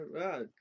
right